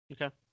Okay